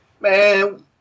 Man